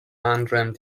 anderem